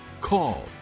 call